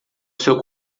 seu